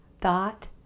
thought